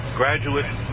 graduates